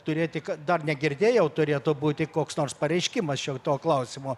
turėti ka dar negirdėjau turėtų būti koks nors pareiškimas šito klausimo